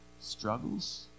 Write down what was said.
struggles